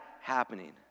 happening